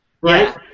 right